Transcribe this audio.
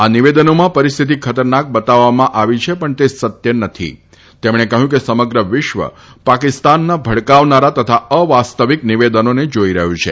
આ નિવેદનોમાં પરિસ્થિતિ ખતરનાક બતાવવામાં આવી છે પણ તે સત્ય નથી તેમણે કહ્યું કે સમગ્ર વિશ્વ પાકિસ્તાનના ભડકાવનારા તથા અવાસ્તાવિક નિવેદનોને જાઇ રહ્યું છે